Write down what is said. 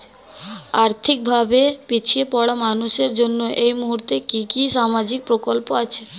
আর্থিক ভাবে পিছিয়ে পড়া মানুষের জন্য এই মুহূর্তে কি কি সামাজিক প্রকল্প আছে?